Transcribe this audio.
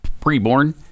preborn